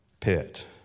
pit